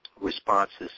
Responses